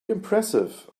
impressive